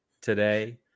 today